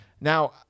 Now